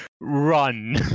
run